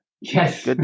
Yes